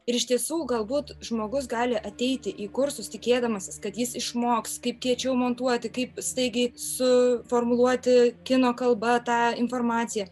ir iš tiesų galbūt žmogus gali ateiti į kursus tikėdamasis kad jis išmoks kaip kiečiau montuoti kaip staigiai su formuluoti kino kalba tą informaciją